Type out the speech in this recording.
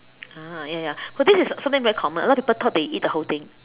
ah ya ya so this is something very common a lot of people thought that you eat the whole thing